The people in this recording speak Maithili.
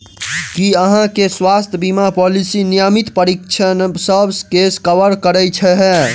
की अहाँ केँ स्वास्थ्य बीमा पॉलिसी नियमित परीक्षणसभ केँ कवर करे है?